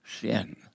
sin